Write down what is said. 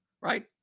right